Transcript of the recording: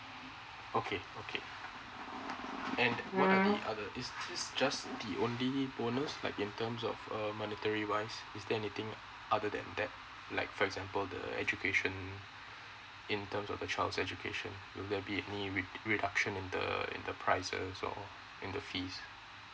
okay okay and what are the other it's just the only bonus like in terms of uh monetary wise is there anything other than that like for example the education in term of the child education will there be any re~ reduction in the in the price or in the fees